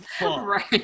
Right